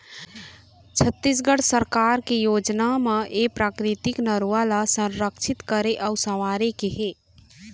छत्तीसगढ़ सरकार के योजना म ए प्राकृतिक नरूवा ल संरक्छित करे अउ संवारे के हे